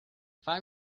find